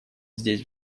здесь